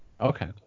Okay